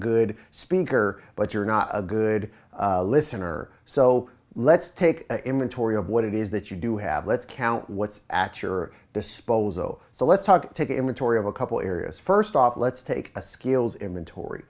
good speaker but you're not a good listener so let's take inventory of what it is that you do have let's count what's at your disposal so let's talk take inventory of a couple areas first off let's take a skills him and tor